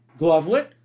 Glovelet